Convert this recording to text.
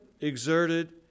exerted